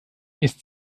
ist